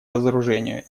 разоружению